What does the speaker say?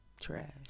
Trash